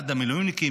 בעד המילואימניקים,